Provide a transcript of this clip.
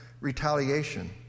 retaliation